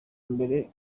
mbere